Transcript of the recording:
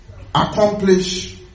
accomplish